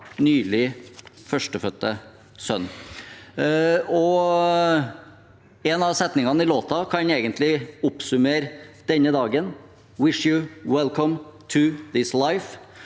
nylig førstefødte sønn. En av setningene i låten kan egentlig oppsummere denne dagen: «Wish you welcome to this life».